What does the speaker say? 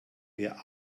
wer